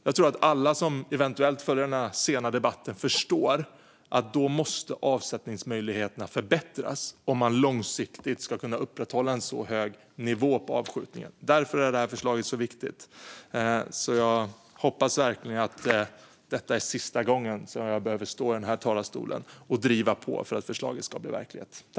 Jag tror att alla som eventuellt följer denna sena debatt förstår att avsättningsmöjligheterna då måste förbättras, om man långsiktigt ska kunna upprätthålla en så hög nivå på avskjutningen. Därför är detta förslag så viktigt. Jag hoppas verkligen att detta är sista gången jag behöver stå här i talarstolen och driva på för att förslaget ska bli verklighet.